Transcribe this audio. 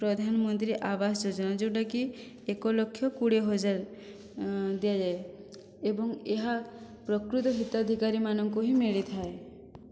ପ୍ରଧାନମନ୍ତ୍ରୀ ଆବାସ ଯୋଜନା ଯେଉଁଟାକି ଏକ ଲକ୍ଷ କୋଡ଼ିଏ ହଜାର ଦିଆଯାଏ ଏବଂ ଏହା ପ୍ରକୃତ ହିତାଧିକାରିମାନଙ୍କୁ ହିଁ ମିଳିଥାଏ